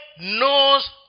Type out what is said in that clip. knows